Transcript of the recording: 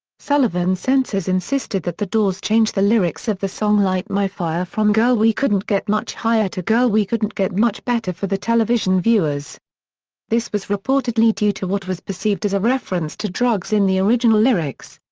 sullivan's censors insisted that the doors change the lyrics of the song light my fire from girl we couldn't get much higher to girl we couldn't get much better for the television viewers this was reportedly due to what was perceived as a reference to drugs in the original lyrics.